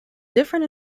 different